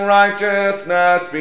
righteousness